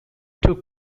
took